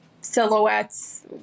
silhouettes